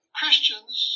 Christians